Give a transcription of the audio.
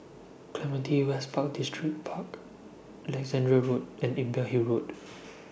Clementi West Park Distripark Alexandra Road and Imbiah Hill Road